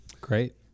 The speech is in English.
Great